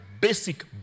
basic